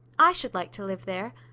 i should like to live there,